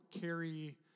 carry